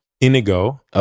Inigo